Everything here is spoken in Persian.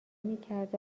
میکرد